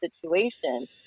situation